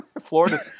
Florida